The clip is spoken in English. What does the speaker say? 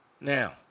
Now